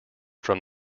from